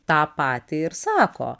tą patį ir sako